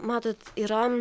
matot yra